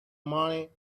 money